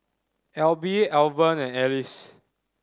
Elby Alvan and Alice